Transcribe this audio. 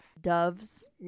Doves